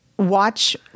watch